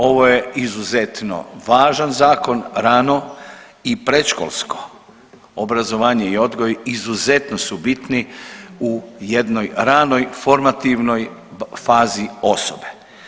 Ovo je izuzetno važan zakon rano i predškolsko obrazovanje i odgoj izuzetno su bitni u jednoj ranoj formativnoj fazi osobe.